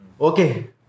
Okay